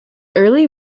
early